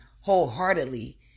wholeheartedly